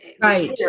Right